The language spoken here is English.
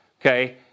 okay